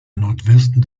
nordwesten